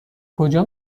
کجا